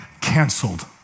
canceled